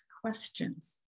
questions